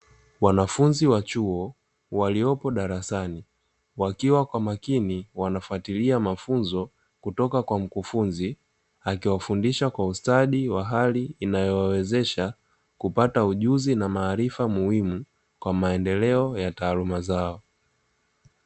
Wanafunzi wa chuo waliopo darasani, wakiwa kwa makini wanafuatilia mafunzo kutoka kwa mkufunzi, akiwafundisha kwa ustadi wa hali inayowawezesha kupata ujuzi na maarifa muhimu kwa maendeleo ya taaluma zao.